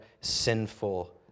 sinful